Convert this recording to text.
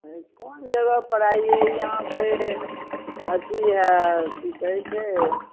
कोन जगहपर अइए यहाँपर अथी हइ कि कहै छै